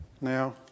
now